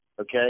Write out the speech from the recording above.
okay